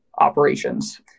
operations